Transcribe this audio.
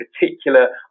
particular